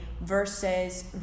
versus